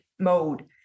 mode